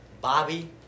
Bobby